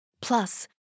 Plus